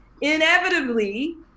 Inevitably